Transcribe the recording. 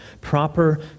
proper